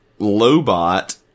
Lobot